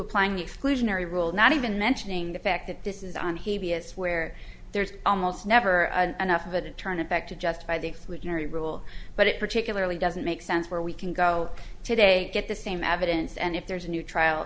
applying exclusionary rule not even mentioning the fact that this is on he vs where there's almost never enough of it and turn it back to just by the fluke mary rule but it particularly doesn't make sense where we can go today get the same evidence and if there's a new trial